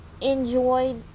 enjoy